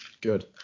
Good